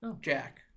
jack